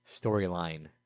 Storyline